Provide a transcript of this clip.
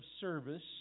service